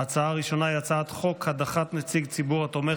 ההצעה הראשונה היא הצעת חוק הדחת נציג ציבור התומך